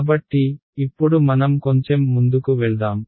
కాబట్టి ఇప్పుడు మనం కొంచెం ముందుకు వెళ్దాం